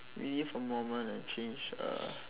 relive a moment and change uh